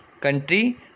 country